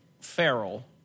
feral